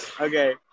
Okay